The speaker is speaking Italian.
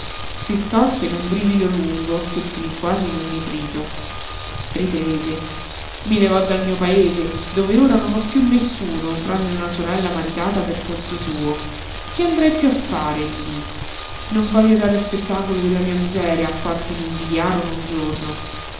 si scosse in un brivido lungo che finí quasi in un nitrito iprese i levò dal mio paese dove ora non ho piú nessuno tranne una sorella maritata per conto suo che andrei piú a ffare lí non voglio dare spettacolo della mia miseria a quanti mi invidiarono un giorno